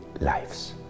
lives